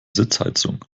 sitzheizung